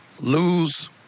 lose